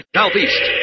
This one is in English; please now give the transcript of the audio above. southeast